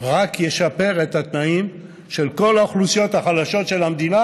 הוא רק ישפר את התנאים של כל האוכלוסיות החלשות של המדינה,